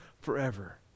forever